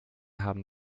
haben